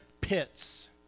pits